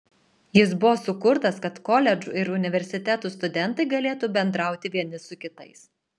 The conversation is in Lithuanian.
jis buvo sukurtas kad koledžų ir universitetų studentai galėtų bendrauti vieni su kitais